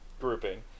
grouping